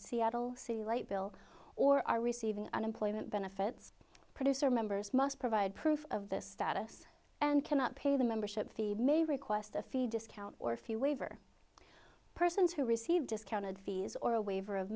seattle c light bill or are receiving unemployment benefits producer members must provide proof of this status and cannot pay the membership fee may request a fee discount or if you waiver person to receive discounted fees or a waiver of